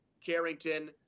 Carrington